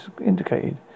indicated